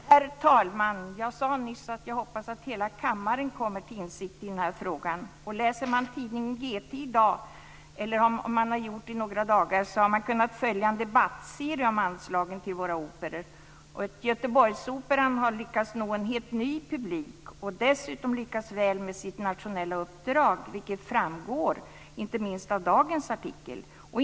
Herr talman! Jag sade nyss att jag hoppas att hela kammaren kommer till insikt i denna fråga. Läser man tidningen GT i dag, eller om man har gjort det i några dagar, har man kunnat följa en debattserie om anslagen till våra operor. Göteborgsoperan har lyckats nå en helt ny publik. Dessutom har den lyckats väl med sitt nationella uppdrag, vilket framgår inte minst av dagens artikel.